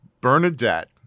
Bernadette